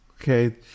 okay